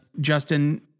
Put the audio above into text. Justin